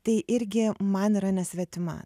tai irgi man yra nesvetima